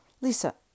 Lisa